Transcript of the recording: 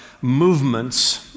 movements